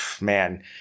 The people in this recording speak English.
Man